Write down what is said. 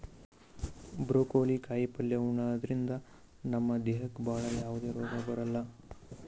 broccoli ಕಾಯಿಪಲ್ಯ ಉಣದ್ರಿಂದ ನಮ್ ದೇಹಕ್ಕ್ ಭಾಳ್ ಯಾವದೇ ರೋಗ್ ಬರಲ್ಲಾ